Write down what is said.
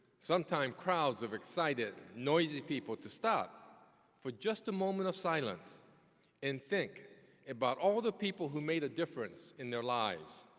sometimes crowds of excited, noisy people, to stop for just a moment of silence and think about all the people who made a difference in their lives,